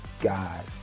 God